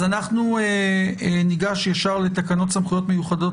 אז אנחנו נגש ישר לתקנות סמכויות מיוחדות